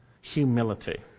Humility